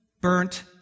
burnt